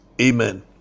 Amen